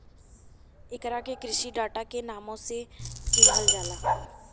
एकरा के कृषि डाटा के नामो से चिनहल जाला